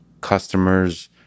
customers